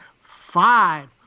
five